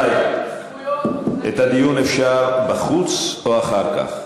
רבותי, את הדיון אפשר, בחוץ או אחר כך.